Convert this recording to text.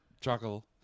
chuckle